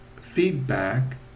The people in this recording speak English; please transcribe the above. feedback